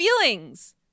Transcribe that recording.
feelings